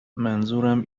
منظورم